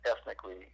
ethnically